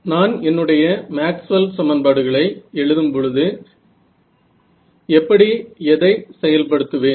நான் என்னுடைய மேக்ஸ்வெல் சமன்பாடுகளை Maxwell's equations எழுதும் பொழுது எப்படி எதை செயல்படுத்துவேன்